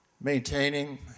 maintaining